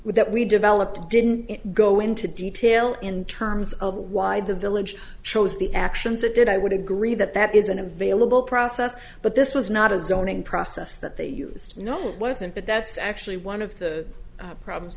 that we developed didn't go into detail in terms of why the village chose the actions it did i would agree that that is an available process but this was not a zoning process that they used no wasn't but that's actually one of the problems